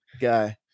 guy